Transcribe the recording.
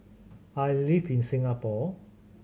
I live in Singapore